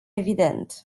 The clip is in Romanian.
evident